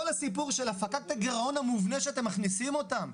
הסיפור של הפקקטה גירעון המובנה שאתם מכניסים אותם,